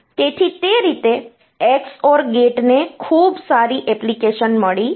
તેથી તે રીતે XOR ગેટને ખૂબ સારી એપ્લિકેશન મળી છે